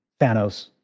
Thanos